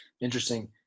Interesting